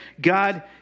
God